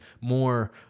more